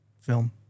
film